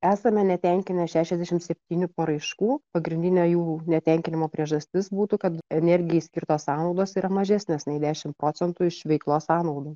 esame netenkinę šsšiasdešim septynių paraiškų pagrindinė jų netenkinimo priežastis būtų kad energijai skirtos sąnaudos yra mažesnės nei dešim procentų iš veiklos sąnaudų